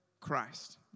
Christ